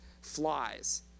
flies